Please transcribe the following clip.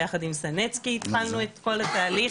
ביחד עם סנצקי התחלנו את כל התהליך